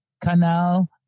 canal